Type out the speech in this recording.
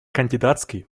кандидатские